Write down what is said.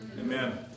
Amen